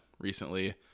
recently